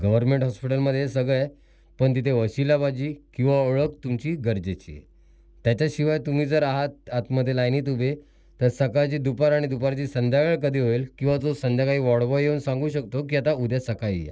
government हॉस्पिटलमध्ये हे सगळं आहे पण तिथे वशिलाबाजी किवा ओळख तुमची गरजेची त्याच्याशिवाय तुम्ही जर आहात आतमध्ये लाईनीत उभे तर सकाळची दुपार आणि दुपारची संध्याकाळ कधी होईल किवा जो संध्याकाळी वॉर्ड बॉय येऊन सांगू शकतो की आता उद्या सकाळी या